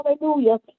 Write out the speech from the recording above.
hallelujah